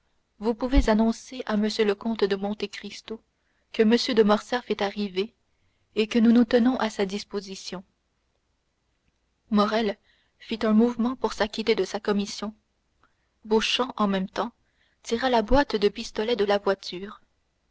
vous pouvez annoncer à m le comte de monte cristo que m de morcerf est arrivé et que nous nous tenons à sa disposition morrel fit un mouvement pour s'acquitter de sa commission beauchamp en même temps tirait la boîte de pistolets de la voiture